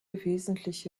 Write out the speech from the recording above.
wesentliche